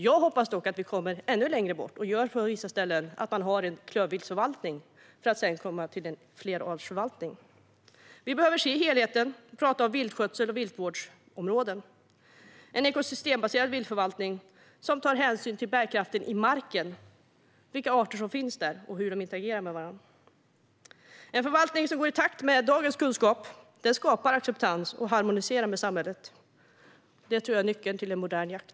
Jag hoppas dock att vi kommer ännu längre och på vissa ställen har en klövviltsförvaltning för att sedan komma till en flerartsförvaltning. Vi behöver se helheten och tala om viltskötsel och viltvårdsområden. Det ska vara en ekosystembaserad viltförvaltning som tar hänsyn till bärkraften i marken, vilka arter som finns där och hur de interagerar med varandra. En förvaltning som går i takt med dagens kunskap skapar acceptans och harmoniserar med samhället. Det tror jag är nyckeln till en modern jakt.